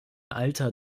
alter